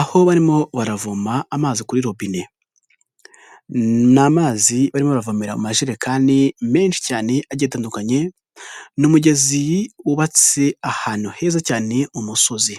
aho barimo baravoma amazi kuri robine, ni amazi barimo baravomera amajerekani menshi cyane agiye atandukanye, ni umugezi wubatse ahantu heza cyane umusozi.